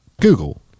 Google